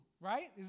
Right